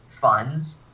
funds